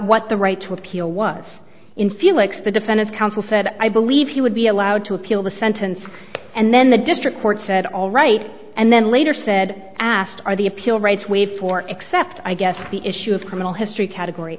what the right to appeal was in felix the defendant's counsel said i believe he would be allowed to appeal the sentence and then the district court said all right and then later said asked are the appeal rights we have for except i guess the issue of criminal history category